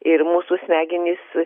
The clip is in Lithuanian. ir mūsų smegenys